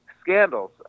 scandals